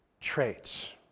traits